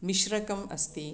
मिश्रकम् अस्ति